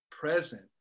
Present